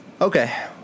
okay